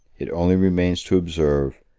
it only remains to observe,